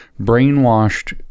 brainwashed